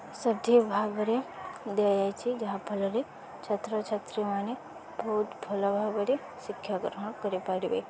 ସଠିକ୍ ଭାବରେ ଦିଆଯାଇଛି ଯାହା ଫଳରେ ଛାତ୍ରଛାତ୍ରୀମାନେ ବହୁତ ଭଲ ଭାବରେ ଶିକ୍ଷା ଗ୍ରହଣ କରିପାରିବେ